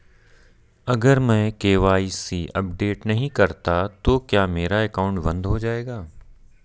अगर मैं KYC update नहीं करता तो क्या मेरा अकाउंट बंद हो जाएगा?